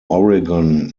oregon